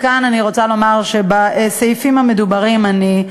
כאן אני רוצה לומר שבסעיפים המדוברים אני,